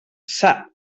sap